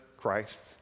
Christ